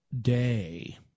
day